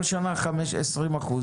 כל שנה 20 אחוזים.